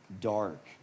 dark